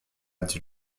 dit